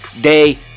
day